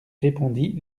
répondit